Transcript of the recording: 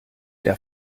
der